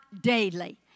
daily